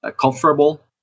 comfortable